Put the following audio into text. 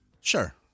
Sure